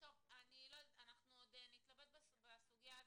--- אנחנו עוד נתלבט בסוגיה הזו.